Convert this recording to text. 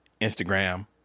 Instagram